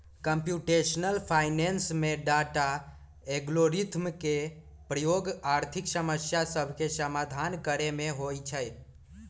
computational finance में data, algorithm के प्रयोग आर्थिक समस्या सभके समाधान करे में होइ छै